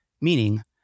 meaning